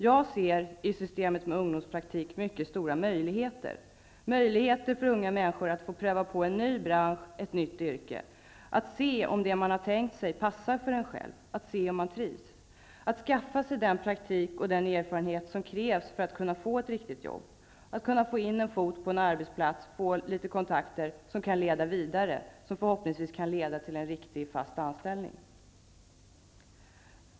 Jag ser i systemet med ungdomspraktik mycket stora möjligheter: möjligheter för unga människor att få pröva på en ny bransch och ett nytt yrke, att se om det man har tänkt sig passar för en själv -- möjlighet att se om man trivs. Det ger möjligheter att skaffa den praktik och erfarenhet som krävs för att kunna få ett riktigt jobb. Det ger möjligheter att få in en fot på en arbetsplats och få kontakter, som kan leda vidare, förhoppningsvis till en riktig, fast anställning.